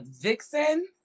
Vixen